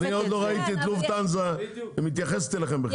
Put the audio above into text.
אני עוד לא ראיתי את לופטהנזה מתייחסת אליכם.